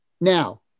Now